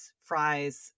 fries